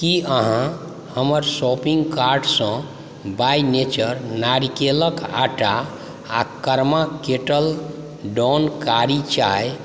की अहाँ हमर शॉपिंग कार्टसँ बाइ नेचर नारीकेलक आटा आ कर्मा केटल डान कारी चाय